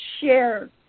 share